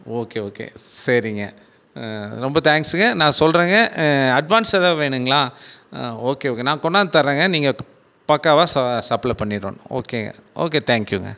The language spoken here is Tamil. ஓகே ஓகே சரிங்க ரொம்ப தேங்க்ஸுங்க நான் சொல்கிறேங்க அட்வான்ஸ் எதாது வேணுங்களா ஓகே ஓகே நான் கொண்டாந்து தரேங்க நீங்கள் பக்காவா சப்ளே பண்ணிடனும் ஓகே ஓகே தேங்க்கியூங்க